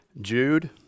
Jude